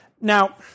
Now